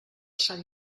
sant